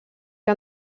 que